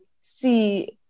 see